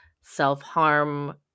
self-harm